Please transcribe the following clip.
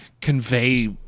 convey